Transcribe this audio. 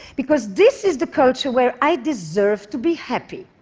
because this is the culture where i deserve to be happy.